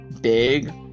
big